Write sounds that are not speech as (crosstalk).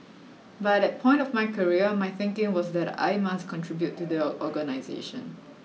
but at point of my career my thinking was that I must contribute to the (unintelligible) organisation